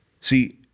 See